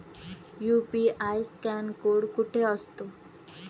UPI scan code कुठे असतो?